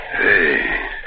Hey